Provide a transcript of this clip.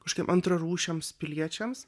kažkokiem antrarūšiams piliečiams